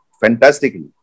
fantastically